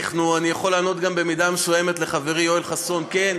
אני יכול לענות גם במידה מסוימת לחברי יואל חסון: כן,